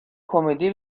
کمدی